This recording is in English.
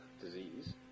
disease